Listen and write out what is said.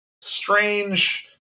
strange